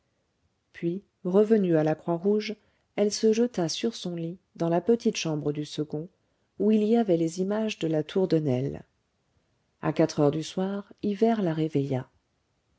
puis revenue à la croix rouge elle se jeta sur son lit dans la petite chambre du second où il y avait les images de la tour de nesle à quatre heures du soir hivert la réveilla